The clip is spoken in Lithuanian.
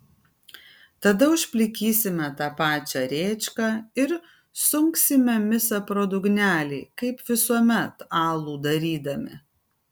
tada užplikysime tą pačią rėčką ir sunksime misą pro dugnelį kaip visuomet alų darydami